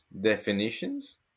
definitions